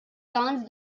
sons